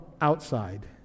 outside